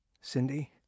Cindy